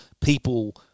people